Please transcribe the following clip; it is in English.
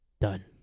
Done